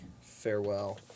farewell